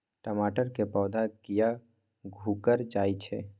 टमाटर के पौधा किया घुकर जायछे?